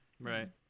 right